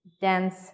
dance